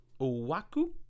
Owaku